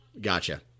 Gotcha